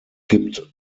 gibt